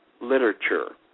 literature